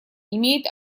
имеет